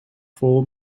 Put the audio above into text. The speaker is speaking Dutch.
vol